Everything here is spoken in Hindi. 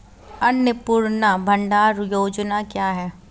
अन्नपूर्णा भंडार योजना क्या है?